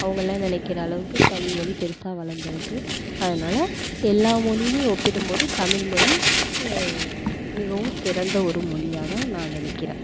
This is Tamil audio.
அவங்கெல்லாம் நினைக்குற அளவுக்கு தமிழ்மொழி பெருசாக வளர்ந்துருக்கு அதனால் எல்லா மொழியிலையும் ஒப்பிடும்போது தமிழ் மொழி மிகவும் சிறந்த ஒரு மொழியாகதான் நான் நினைக்கிறேன்